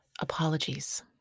apologies